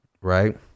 Right